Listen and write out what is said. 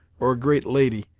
or a great lady,